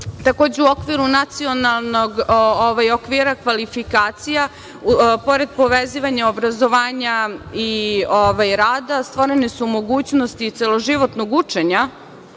u okviru nacionalnog okvira kvalifikacija, pored povezivanja obrazovanja i rada, stvorene su mogućnosti celoživotnog učenja